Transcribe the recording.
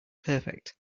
perfect